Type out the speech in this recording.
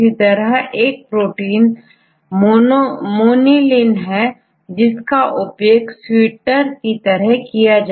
इसी तरह से एक प्रोटीन मोनीलिन है जिसका उपयोग स्वीटनर की तरह किया जाता है